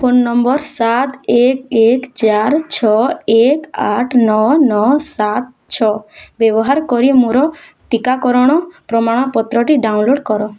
phone number ସାତ ଏକ ଏକ ଚାରି ଛଅ ଏକ ଆଠ ନଅ ନଅ ସାତ ଛଅ ବ୍ୟବହାର କରି ମୋର ଟିକାକରଣର ପ୍ରମାଣପତ୍ରଟି ଡାଉନଲୋଡ଼୍ କର